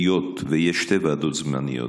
היות שיש שתי ועדות זמניות,